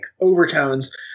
overtones